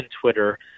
twitter